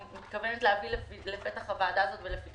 אני מתכוונת להביא לפתח הוועדה הזאת עוד